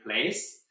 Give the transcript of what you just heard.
place